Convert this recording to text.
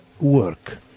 work